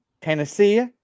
Tennessee